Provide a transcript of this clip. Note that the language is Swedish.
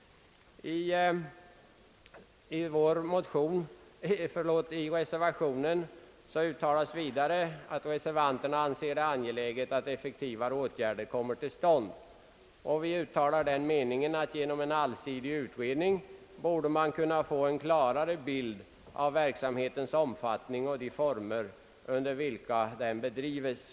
Reservanterna anser det vidare angeläget att effektivare åtgärder kommer till stånd och uttalar den meningen att man genom en allsidig utredning borde kunna få en klarare bild av verksamhetens omfattning och de former under vilka den bedrivs.